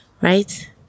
right